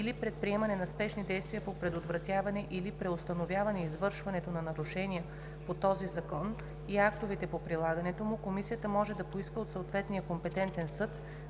или предприемане на спешни действия по предотвратяване или преустановяване извършването на нарушения по този закон и актовете по прилагането му, комисията може да поиска от съответния компетентен съд